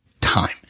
time